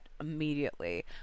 immediately